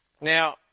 Now